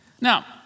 Now